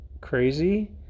crazy